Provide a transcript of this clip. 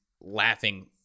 laughing